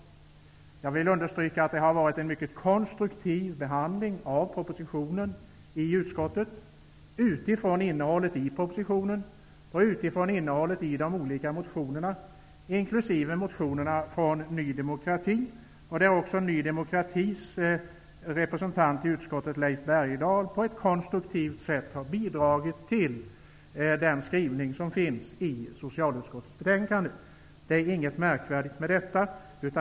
Jag vill understryka att det har varit en mycket konstruktiv behandling av propositionen utifrån innehållet i propositionen och i de olika motionerna, inkl. motionerna från Ny demokrati. Ny demokratis representant i utskottet Leif Bergdahl har på ett konstruktivt sätt bidragit till den skrivning som finns i socialutskottets betänkande. Det är inget märkvärdigt med detta.